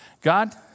God